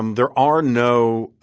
um there are no